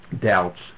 doubts